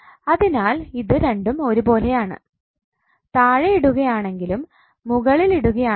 അതിനാൽ ഇത് രണ്ടും ഒരുപോലെയാണ് താഴെ ഇടുകയാണെങ്കിലും മുകളിൽ ഇടുകയാണെങ്കിലും